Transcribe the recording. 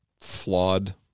flawed